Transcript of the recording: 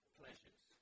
pleasures